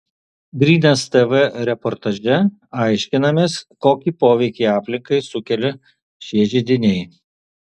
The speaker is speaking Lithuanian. grynas tv reportaže aiškinamės kokį poveikį aplinkai sukelia šie židiniai